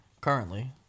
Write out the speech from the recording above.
currently